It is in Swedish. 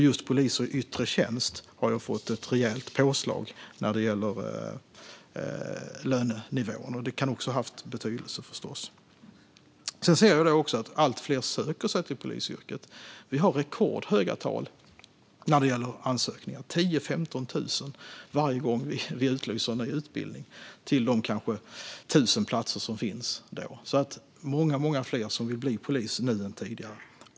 Just poliser i yttre tjänst har fått ett rejält påslag, och det kan förstås också ha haft betydelse. Vi ser även att allt fler söker sig till polisyrket. Vi har rekordhöga tal när det gäller ansökningar - 10 000-15 000 varje gång vi utlyser en ny utbildning till de kanske 1 000 platser som finns då. Det är alltså många, många fler som vill bli poliser nu än tidigare.